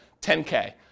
10K